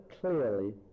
clearly